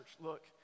look